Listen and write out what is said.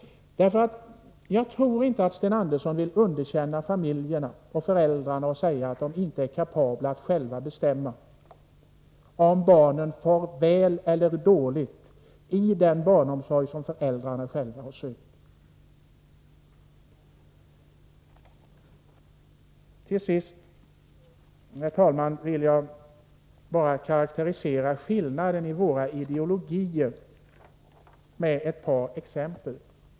Jag tror inte att Sten Andersson vill underkänna familjerna, föräldrarna, och säga att de inte är kapabla att själva bestämma om barnen far väl eller dåligt i den barnomsorg som föräldrarna själva har sökt. Herr talman! Till sist vill jag med ett par exempel bara karakterisera skillnaden mellan våra ideologier.